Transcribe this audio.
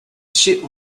sheep